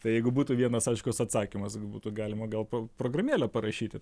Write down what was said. tai jeigu būtų vienas aiškus atsakymas būtų galima gal programėlę parašyti